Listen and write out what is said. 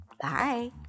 Bye